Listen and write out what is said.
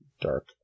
dark